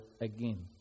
again